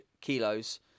kilos